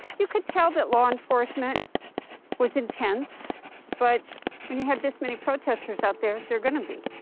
you could tell that law enforcement was intense but when you had this many protesters out there, they're going to be.